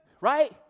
right